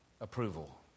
approval